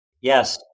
Yes